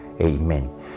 Amen